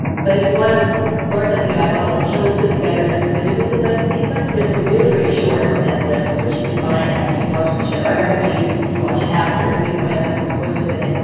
but if you want to learn something about how the whole show is put together and specifically the wedding sequence, there's a really great short on netflix, which you can find after you watch the show. i recommend you you watch it after. because it might have some spoilers in it.